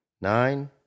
nine